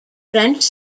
french